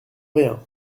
rien